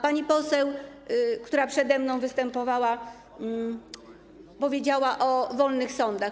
Pani poseł, która przede mną występowała, powiedziała o wolnych sądach.